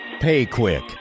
PayQuick